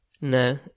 No